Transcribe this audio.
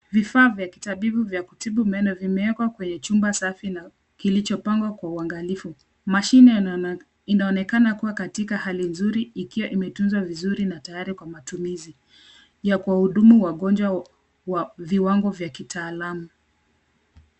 Vifaa vya kitabibu vya kutibu meno vimewekwa kwenye chumba safi na kilichopangwa kwa uangalifu. Mashine inaonekana kuwa katika hali nzuri ikiwa imetunzwa vizuri na tayari kwa matumizi ya kuwahudumu wagonjwa wa viwango vya kitaalamu.